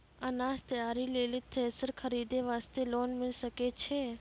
अनाज तैयारी लेल थ्रेसर खरीदे वास्ते लोन मिले सकय छै?